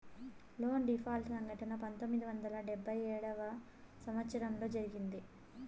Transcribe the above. loan default సంఘటన పంతొమ్మిది వందల డెబ్భై ఏడవ సంవచ్చరంలో జరిగింది